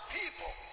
people